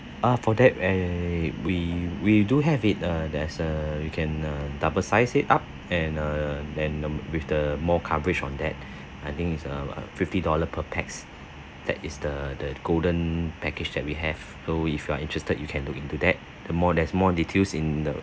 uh for that eh we we do have it uh there's a you can uh double size it up and err than with the more coverage on that I think is a a fifty dollar per pax that is the the golden package that we have so if you are interested you can look into that the more there's more details in the